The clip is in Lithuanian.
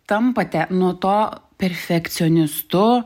tampate nuo to perfekcionistu